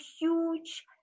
huge